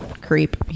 creep